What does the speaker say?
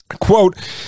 Quote